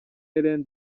ellen